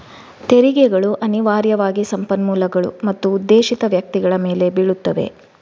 ತೆರಿಗೆಗಳು ಅನಿವಾರ್ಯವಾಗಿ ಸಂಪನ್ಮೂಲಗಳು ಮತ್ತು ಉದ್ದೇಶಿತ ವ್ಯಕ್ತಿಗಳ ಮೇಲೆ ಬೀಳುತ್ತವೆ